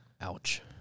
Ouch